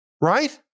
Right